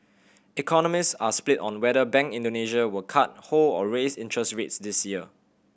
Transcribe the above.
economist are split on whether Bank Indonesia will cut hold or raise interest rates this year